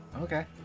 okay